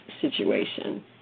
situation